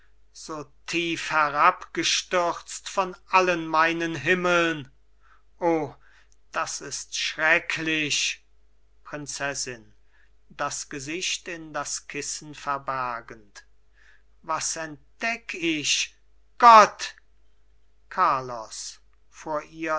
so tief herabgestürzt von allen meinen himmeln o das ist schrecklich prinzessin das gesicht in das kissen verbergend was entdeck ich gott carlos vor ihr